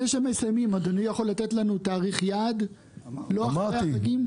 אדוני יכול לתת תאריך יעד ולא לומר "אחרי החגים"?